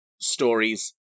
stories